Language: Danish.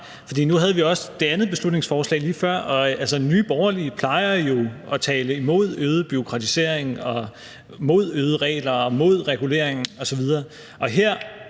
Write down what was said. nu havde vi også det andet beslutningsforslag lige før, og Nye Borgerlige plejer jo at tale imod øget bureaukratisering og imod øgede regler og imod regulering osv.,